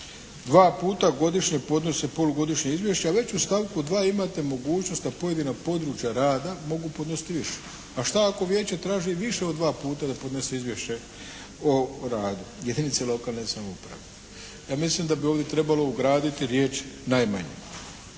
dva puta godišnje podnose polugodišnje izvješće, a već u stavku 2., imate mogućnost da pojedina područja rada mogu podnositi više. A šta ako vijeće traži i više od dva puta da podnese izvješće o radu jedinica lokalne samouprave? Ja mislim da bi ovdje trebalo ugraditi riječ najmanje.